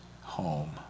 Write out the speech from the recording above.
home